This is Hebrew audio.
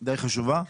ודי חשובה.